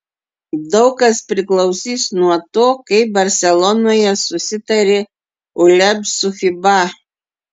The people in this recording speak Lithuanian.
daug kas priklausys nuo to kaip barselonoje susitarė uleb su fiba